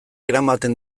eramaten